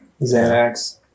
Xanax